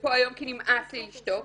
לפה היום כי נמאס לי לשתוק,